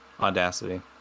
Audacity